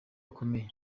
akomeye